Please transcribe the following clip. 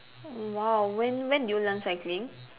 !wow! when when did you learn cycling